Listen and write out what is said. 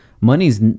money's